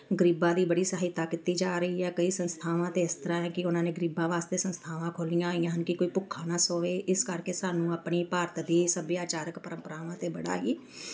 ਗਰੀਬਾਂ ਦੀ ਬੜੀ ਸਹਾਇਤਾ ਕੀਤੀ ਜਾ ਰਹੀ ਹੈ ਕਈ ਸੰਸਥਾਵਾਂ 'ਤੇ ਇਸ ਤਰ੍ਹਾਂ ਹੈ ਕਿ ਉਹਨਾਂ ਨੇ ਗਰੀਬਾਂ ਵਾਸਤੇ ਸੰਸਥਾਵਾਂ ਖੋਲ੍ਹੀਆਂ ਹੋਈਆਂ ਹਨ ਕਿ ਕੋਈ ਭੁੱਖਾ ਨਾ ਸੋਵੇ ਇਸ ਕਰਕੇ ਸਾਨੂੰ ਆਪਣੇ ਭਾਰਤ ਦੇ ਸੱਭਿਆਚਾਰਕ ਪਰੰਪਰਾਵਾਂ 'ਤੇ ਬੜਾ ਹੀ